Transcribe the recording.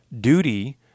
duty